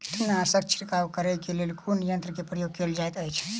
कीटनासक छिड़काव करे केँ लेल कुन यंत्र केँ प्रयोग कैल जाइत अछि?